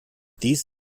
dies